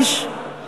5),